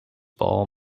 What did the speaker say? ball